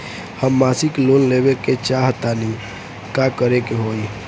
हम मासिक लोन लेवे के चाह तानि का करे के होई?